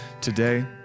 today